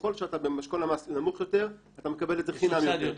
ככל שאתה באשכול למ"ס נמוך יותר אתה מקבל את זה חינם יותר.